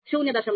1 0